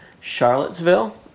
Charlottesville